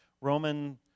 Roman